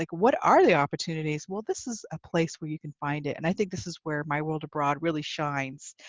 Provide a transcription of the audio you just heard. like what are the opportunities? well this is a place where you can find it, and i think this is where my world abroad really shines.